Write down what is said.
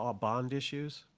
ah bond issues.